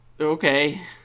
Okay